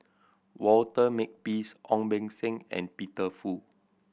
Walter Makepeace Ong Beng Seng and Peter Fu